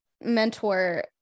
mentor